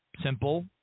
simple